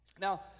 Now